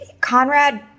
Conrad